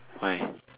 why